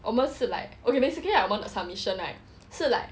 我们是 like okay basically right 我们的 submission right 是 like